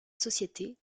société